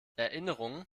erinnerungen